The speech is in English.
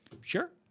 sure